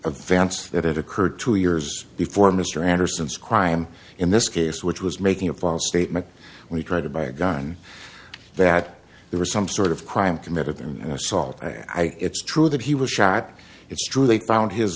advance that had occurred two years before mr anderson's crime in this case which was making a false statement when he tried to buy a gun that there was some sort of crime committed and assault i it's true that he was shot it's true they found his